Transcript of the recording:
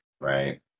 right